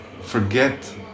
forget